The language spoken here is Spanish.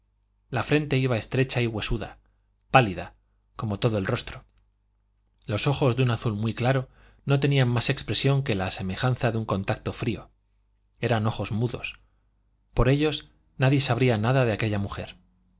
la frente era estrecha y huesuda pálida como todo el rostro los ojos de un azul muy claro no tenían más expresión que la semejanza de un contacto frío eran ojos mudos por ellos nadie sabría nada de aquella mujer